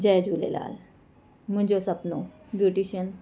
जय झूलेलाल मुंहिंजो सुपिनो ब्यूटीशियन